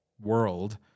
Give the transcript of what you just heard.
world